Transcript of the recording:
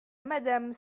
madame